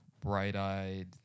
bright-eyed